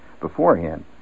beforehand